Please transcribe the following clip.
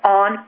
on